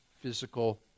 physical